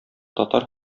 татар